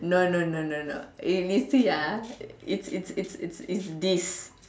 no no no no no you you see ah it's it's it's it's it's this